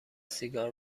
سیگار